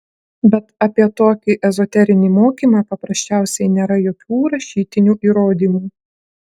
bet apie tokį ezoterinį mokymą paprasčiausiai nėra jokių rašytinių įrodymų